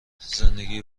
زندگی